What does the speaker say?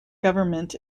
government